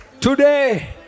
Today